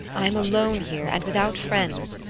i am alone here, and without friends.